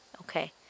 Okay